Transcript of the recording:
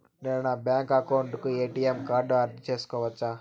నేను నా bank account కు ఎ.టి.ఎం కార్డు అర్జీ సేసుకోవచ్చా?